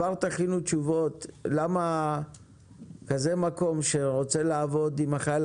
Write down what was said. תכינו כבר תשובות למה כזה מקום שרוצה לעבוד עם החייל